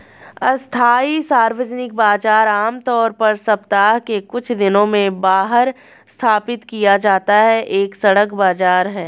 अस्थायी सार्वजनिक बाजार, आमतौर पर सप्ताह के कुछ दिनों में बाहर स्थापित किया जाता है, एक सड़क बाजार है